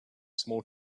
small